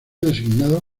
designado